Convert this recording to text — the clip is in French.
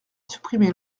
supprimer